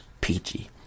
peachy